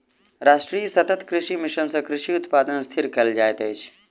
राष्ट्रीय सतत कृषि मिशन सँ कृषि उत्पादन स्थिर कयल जाइत अछि